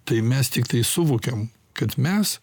tai mes tiktai suvokiam kad mes